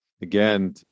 again